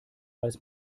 als